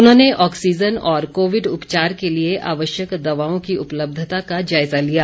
उन्होंने ऑक्सीजन और कोविड उपचार के लिए आवश्यक दवाओं की उपलब्धता का जायजा लिया